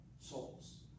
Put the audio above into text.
souls